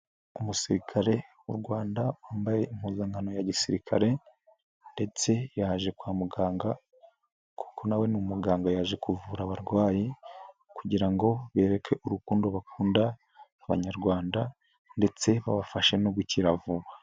Umusirikare w'u Rwanda wambaye impuzankano ya gisirikare, ndetse yaje kwa muganga kuko nawe ni umuganga yaje kuvura abarwayi, kugira ngo bereke urukundo bakunda abanyarwanda, ndetse babafashe no gukira vuba.